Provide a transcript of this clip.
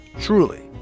truly